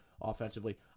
offensively